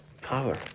power